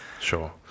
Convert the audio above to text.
Sure